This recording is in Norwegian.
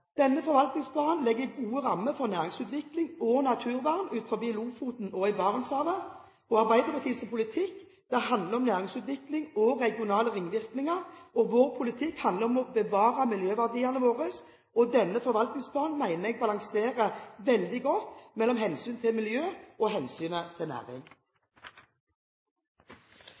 Denne forvaltningsplanen legger gode rammer for næringsutvikling og naturvern utenfor Lofoten og i Barentshavet. Arbeiderpartiets politikk handler om næringsutvikling og regionale ringvirkninger, og vår politikk handler om å bevare miljøverdiene våre. Denne forvaltningsplanen mener jeg balanserer veldig godt mellom hensynet til miljø og hensynet til næring.